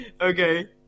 Okay